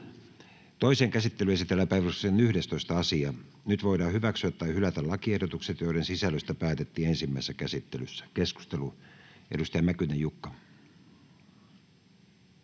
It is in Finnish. Toiseen käsittelyyn esitellään päiväjärjestyksen 11. asia. Nyt voidaan hyväksyä tai hylätä lakiehdotukset, joiden sisällöstä päätettiin ensimmäisessä käsittelyssä. — Keskustelu, edustaja Mäkynen, Jukka.